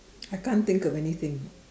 I can't think of anything